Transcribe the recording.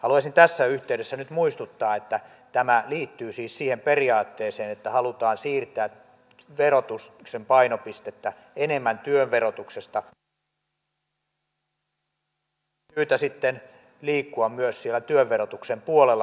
haluaisin tässä yhteydessä nyt muistuttaa että tämä liittyy siis siihen periaatteeseen että halutaan siirtää verotuksen painopistettä enemmän työn verotuksesta muuhun verotukseen mutta olisi syytä sitten liikkua myös siellä työn verotuksen puolella